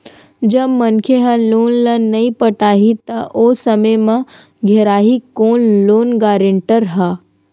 जब मनखे ह लोन ल नइ पटाही त ओ समे म घेराही कोन लोन गारेंटर ह